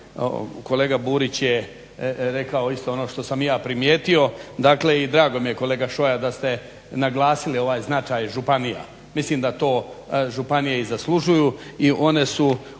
kolega Burić je ustvari rekao isto ono što sam i ja primijetio. I drago mi je kolega Šoja da ste naglasili ovaj značaj županija. Mislim da to županije i zaslužuju i one su